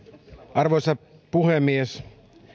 arvoisa puhemies